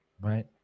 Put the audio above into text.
Right